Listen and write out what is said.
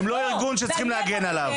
הם לא ארגון שצריכים להגן עליו.